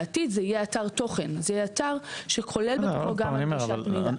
בעתיד זה יהיה אתר תוכן שכולל בתוכו גם הנגשת מידע.